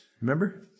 Remember